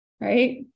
right